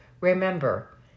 remember